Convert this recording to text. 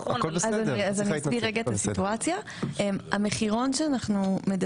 הכול בסדר, את לא צריכה להתנצל.